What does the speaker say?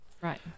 Right